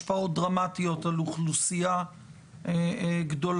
השפעות דרמטיות על אוכלוסייה גדולה,